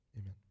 Amen